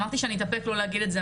אמרתי שאני אתאפק ולא אגיד את זה,